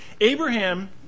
Abraham